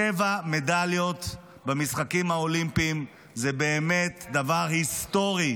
שבע מדליות במשחקים האולימפיים זה באמת דבר היסטורי.